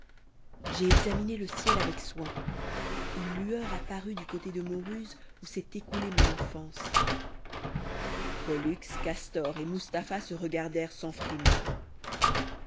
j'ai examiné le ciel avec soin une lueur a paru du côté de mauruse où s'est écoulée mon enfance pollux castor et mustapha se regardèrent sans frémir